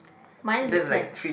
mine looks like